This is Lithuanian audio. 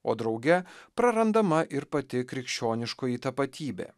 o drauge prarandama ir pati krikščioniškoji tapatybė